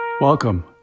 Welcome